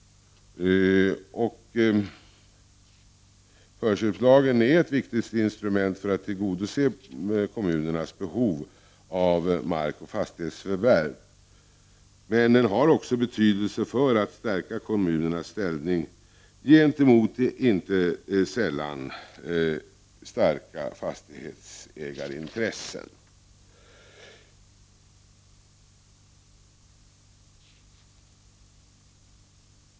Förköpslagen är ett viktigt instrument för att tillgodose kommunernas behov av markoch fastighetsförvärv. Men den har också betydelse för att stärka kommunernas ställning gentemot inte sällan starka fastighetsägarintressen.